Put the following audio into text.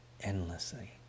endlessly